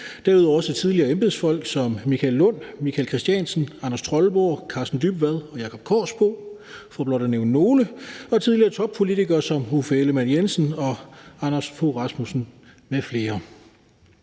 er der også tidligere embedsfolk som Michael Lund, Michael Christiansen, Anders Troldborg, Karsten Dybvad og Jacob Kaarsbo for blot at nævne nogle og tidligere toppolitikere som Uffe Ellemann-Jensen og Anders Fogh Rasmussen m.fl.